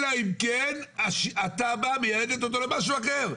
אלא אם כן התב"ע מייעדת אותו למשהו אחר.